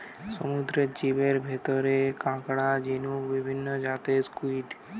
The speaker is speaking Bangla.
সমুদ্রের জীবের ভিতরে কাকড়া, ঝিনুক, বিভিন্ন জাতের স্কুইড,